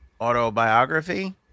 autobiography